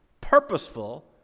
purposeful